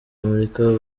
amerika